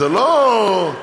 זה לא לא-יודע-מה,